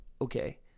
okay